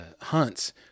hunts